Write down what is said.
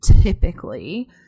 typically